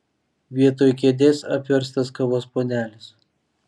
vietoj kėdės apverstas kavos puodelis